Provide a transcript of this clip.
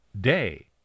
day